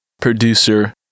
producer